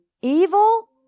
evil